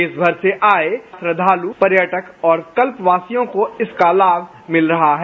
देश भर से आये श्रद्धालू पर्यटक और कल्पवासियों को इसका लाभ मिल रहा है